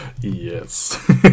Yes